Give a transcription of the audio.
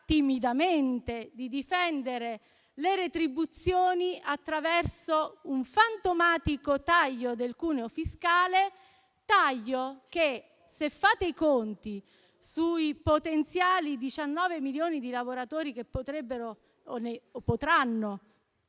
timidamente di difendere le retribuzioni attraverso un fantomatico taglio del cuneo fiscale, che, se fate i conti sui potenziali 19 milioni di lavoratori che potranno